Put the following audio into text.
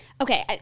Okay